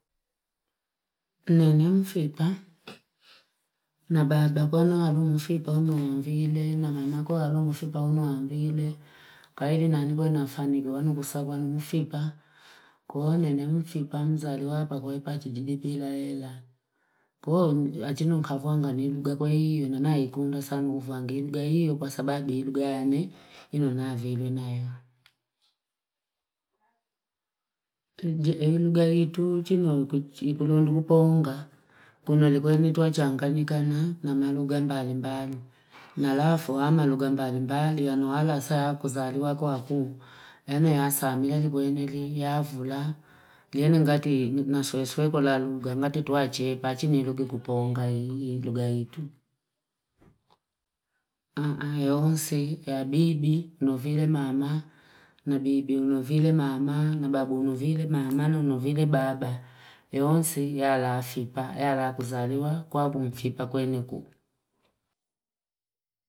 Nenye mfipa, na baba kwenye alu mfipa unu wa mvile, na mama kwenye alu mfipa unu wa mvile. Kairi nani kwenye afani kwenye wangu kusa wangu mfipa. Kuhone nenye mfipa mzali wapa kuhipa chigidi pila ila. Kuhone achino mkavwanga ni iluga kwa hiyo. Nanaikundo sanu ufangi iluga hiyo. Pasababi iluga hane, ino naavilu na hiyo. Iluga hitu, chino iluga kuponga. Kuhone likuwe ni tua changani kana na maluga mbali mbali. Nalafu hama luga mbali mbali, anuhala saa kuzaliwa kwa kuu. Ene ya samia likuwe ni liyavula. Yene ngati nasueswe kula luga. Ngati tuachepa, chini iluga kuponga iluga hitu. Eonsi ya bibi unovile mama, na bibi unovile mama, na babu unovile mama, na unovile baba. Eonsi ya alafipa, ya alakuzaliwa kwa unofipa kweneku.